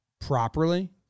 properly